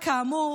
כאמור,